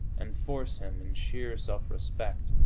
and force him, in sheer self-respect,